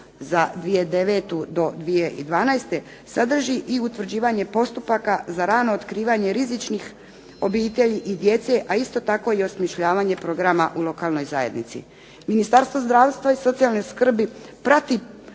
za 2009. do 2012. sadrži utvrđivanje postupaka za rano otkrivanje rizičnih obitelji i djece a isto tako i osmišljavanje programa u lokalnoj zajednici. Ministarstvo zdravstva i socijalne skrbi prati